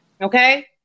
Okay